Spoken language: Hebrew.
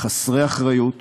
חסרי אחריות